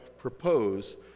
Propose